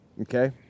okay